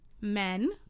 men